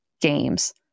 games